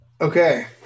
Okay